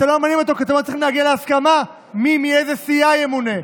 אתם לא ממנים אותו כי אתם לא מצליחים להגיע להסכמה מי מאיזה סיעה ימונה.